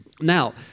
Now